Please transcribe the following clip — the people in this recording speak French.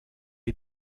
est